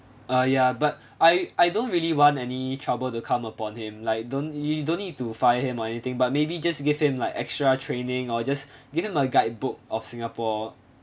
uh ya but I I don't really want any trouble to come upon him like don't you don't need to fire him or anything but maybe just give him like extra training or just give him a guidebook of singapore